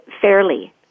fairly